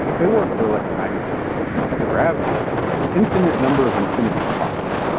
it worked for electromagnetism, but for gravity an infinite number of infinities popped up.